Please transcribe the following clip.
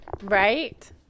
right